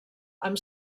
amb